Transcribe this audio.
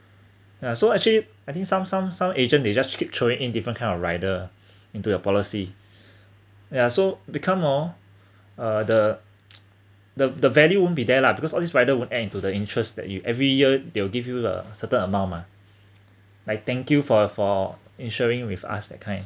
ya so actually I think some some some agent they just keep throwing in different kind of rider into your policy ya so become hor uh the the the value won't be there lah because all these rider would add into the interest that you every year they will give you the certain amount mah like thank you for for insuring with us that kind